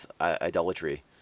idolatry